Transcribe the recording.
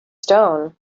stone